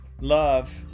love